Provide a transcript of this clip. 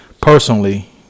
personally